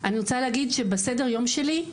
אני רוצה להגיד שבסדר יום שלי,